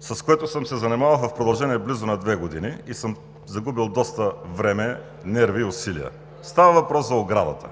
с което съм се занимавал в продължение на близо две години и съм загубил доста време, нерви и усилия. Става въпрос за оградата.